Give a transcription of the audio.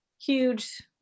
huge